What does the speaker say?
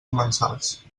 comensals